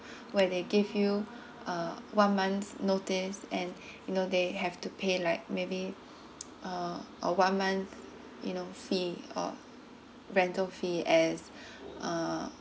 where they give you a one month notice and you know they have to pay like maybe uh a one month you know fee uh rental fee as uh